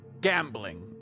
Gambling